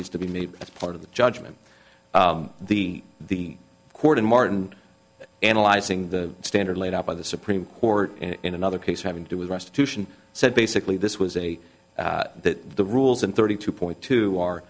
needs to be made as part of the judgment the the court in martin analyzing the standard laid out by the supreme court in another case having to do with restitution said basically this was a that the rules and thirty two point two are